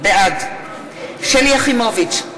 בעד שלי יחימוביץ,